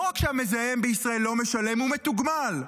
לא רק שהמזהם בישראל לא משלם, הוא מתוגמל.